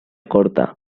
corta